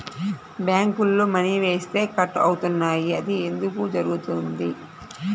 బ్యాంక్లో మని వేస్తే కట్ అవుతున్నాయి అది ఎందుకు జరుగుతోంది?